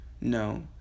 No